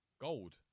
Gold